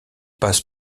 passe